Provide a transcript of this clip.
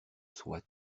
soie